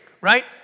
right